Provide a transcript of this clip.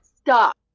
stop